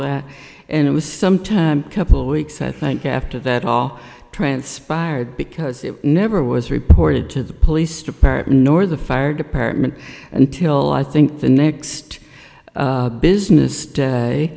w and it was sometime couple weeks i think after that all transpired because it never was reported to the police department nor the fire department until i think the next business day